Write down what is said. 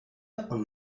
und